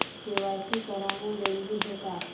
KYC कराना जरूरी है का?